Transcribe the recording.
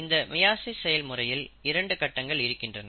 இந்த meiosis cell முறையில் இரண்டு கட்டங்கள் இருக்கின்றன